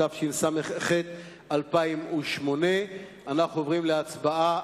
התשס"ח 2008. אנחנו עוברים להצבעה.